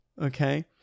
Okay